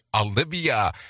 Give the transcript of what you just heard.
Olivia